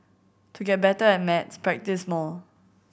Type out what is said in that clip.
to get better at maths practise more